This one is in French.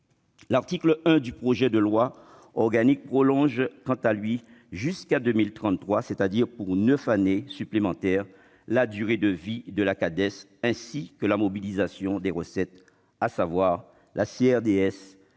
L'article 1 du projet de loi organique, quant à lui, prolonge jusqu'en 2033, c'est-à-dire pour neuf années supplémentaires, la durée de vie de la Cades, ainsi que la mobilisation de ses recettes, à savoir la CRDS,